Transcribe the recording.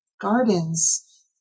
Gardens